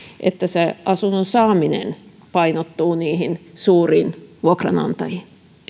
että se asunnon saaminen painottuu niihin suuriin vuokranantajiin